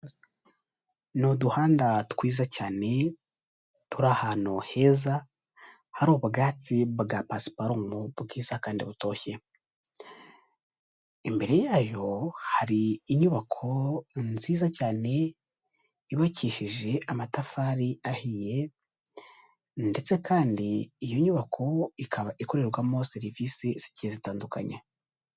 Ni uduhanda twiza cyane, turi ahantu heza hari ubwatsi bwa pasiparumu bwiza kandi butoshye, imbere yayo hari inyubako nziza cyane, yubakishije amatafari ahiye ndetse kandi iyo nyubako ikaba ikorerwamo serivisi zigiye zitandukanye.